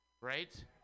right